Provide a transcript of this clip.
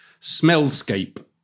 smellscape